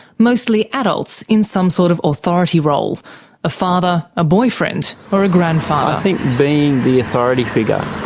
mostly adults in some sort of authority role a father, a boyfriend or a grandfather. i think being the authority figure,